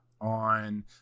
on